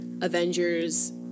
Avengers